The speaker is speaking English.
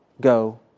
Go